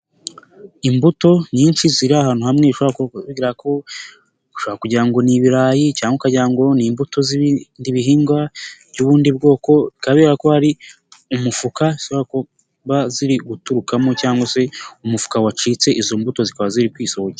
Imbuto nyinshi ziri ahantu hamwe ushobora kugirango ni ibirayi cyangwa ukagira ngo ni imbuto z'indi bihingwa by'ubundi bwoko kubera ko hari umufuka ushobora kuba ziri guturukamo cyangwa se umufuka wacitse izo mbuto zikaba ziri kwisohokera.